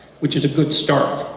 which is a good start,